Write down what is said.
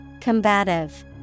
Combative